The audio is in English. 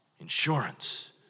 Insurance